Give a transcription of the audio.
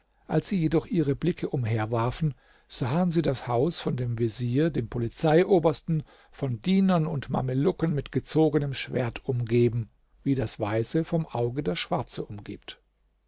als sie jedoch ihre blicke umherwarfen sahen sie das haus von dem vezier dem polizeiobersten von dienern und mamelucken mit gezogenem schwert umgeben wie das weiße vom auge das schwarze umgibt